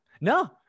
No